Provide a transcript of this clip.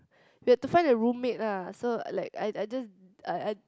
we had to find a roommate ah so like I I just I I